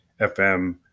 FM